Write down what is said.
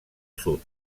sud